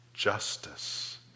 justice